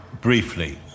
briefly